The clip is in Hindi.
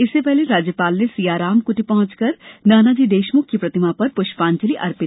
इससे पहले राज्यपाल ने सियाराम कुटीर पहुंचकर नानाजी देशमुख की प्रतिमा पर पुष्पांजलि अर्पित की